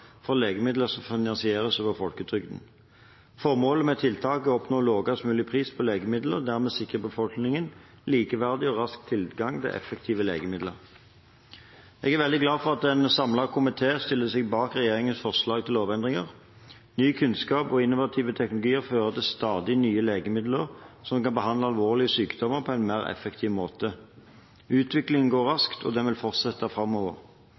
for legemidler som finansieres over folketrygden. Formålet med tiltaket er å oppnå lavest mulig pris på legemidler og dermed sikre befolkningen likeverdig og rask tilgang til effektive legemidler. Jeg er veldig glad for at en samlet komité stiller seg bak regjeringens forslag til lovendringer. Ny kunnskap og innovative teknologier fører til stadig nye legemidler som kan behandle alvorlige sykdommer på en mer effektiv måte. Utviklingen går raskt, og den vil fortsette framover.